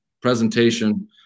presentation